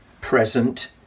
present